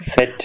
Set